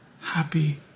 happy